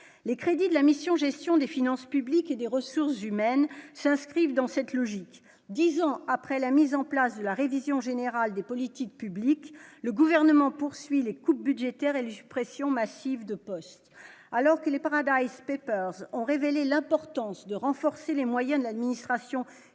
les crédits de la mission gestion des finances publiques et des ressources humaines s'inscrivent dans cette logique, 10 ans après la mise en place de la révision générale des politiques publiques, le gouvernement poursuit les coupes budgétaires élu suppressions massives de postes, alors que les Paradise Papers ont révélé l'importance de renforcer les moyens de l'administration